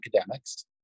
academics